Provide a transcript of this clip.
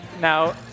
Now